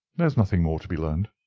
there is nothing more to be learned.